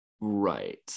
Right